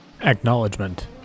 Acknowledgement